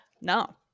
No